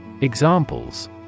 Examples